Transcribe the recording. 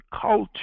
culture